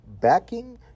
backing